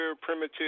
primitive